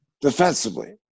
defensively